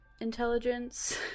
intelligence